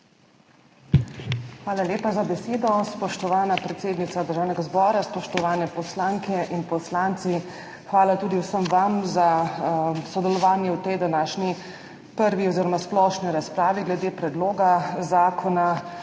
Hvala lepa za besedo, spoštovana predsednica Državnega zbora. Spoštovane poslanke in poslanci! Hvala tudi vsem vam za sodelovanje v tej današnji prvi oziroma splošni razpravi glede predloga zakona,